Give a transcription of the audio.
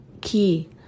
key